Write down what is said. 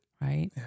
Right